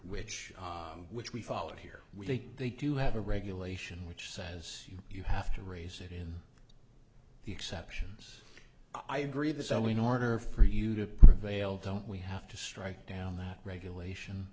which which we followed here we think they do have a regulation which says you have to raise it in the exceptions i agree that so in order for you to prevail don't we have to strike down that regulation